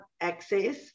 access